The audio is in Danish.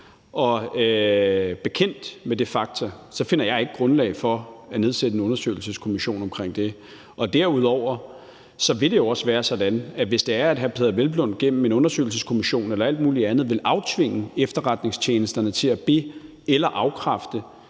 og bekendt med de fakta finder jeg ikke grundlag for at nedsætte en undersøgelseskommission omkring det. Derudover vil det jo også være sådan, at hvis det er, at hr. Peder Hvelplund gennem en undersøgelseskommission eller alt muligt andet vil aftvinge efterretningstjenesterne at be- eller afkræfte,